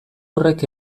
horrek